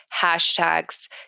hashtags